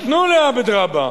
נתנו לעבד-רבו,